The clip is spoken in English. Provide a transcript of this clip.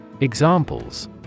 Examples